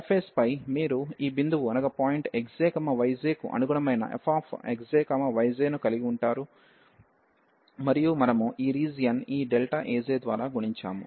surface పై మీరు ఈ బిందువు xj yj కు అనుగుణమైన fxj yjను కలిగి ఉంటారు మరియు మనము ఈ రీజియన్ ఈ Ajద్వారా గుణించాము